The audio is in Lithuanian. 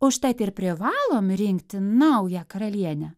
užtat ir privalom rinkti naują karalienę